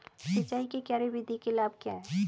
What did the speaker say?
सिंचाई की क्यारी विधि के लाभ क्या हैं?